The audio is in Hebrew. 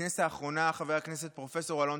בכנסת האחרונה חבר הכנסת פרופ' אלון